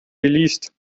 geleast